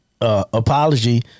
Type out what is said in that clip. Apology